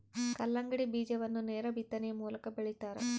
ಕಲ್ಲಂಗಡಿ ಬೀಜವನ್ನು ನೇರ ಬಿತ್ತನೆಯ ಮೂಲಕ ಬೆಳಿತಾರ